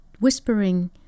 whispering